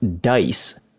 dice